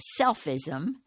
selfism